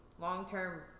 long-term